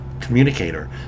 communicator